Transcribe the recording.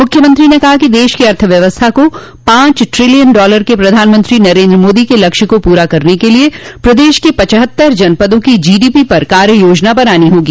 मुख्यमंत्री ने कहा कि देश की अर्थव्यवस्था को पांच ट्रिलियन डॉलर के प्रधानमंत्री नरेन्द्र मोदी के लक्ष्य को पूरा करने के लिये प्रदेश के पचहत्तर जनपदों की जीडीपी पर कार्य योजना बनानी होगी